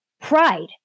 pride